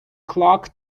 clock